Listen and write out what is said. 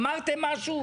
אמרתם משהו?